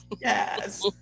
yes